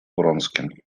вронским